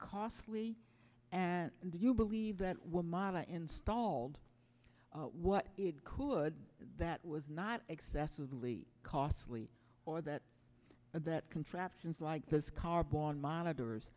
costly and do you believe that one model installed what it could that was not excessively costly or that that contraptions like this car bomb monitors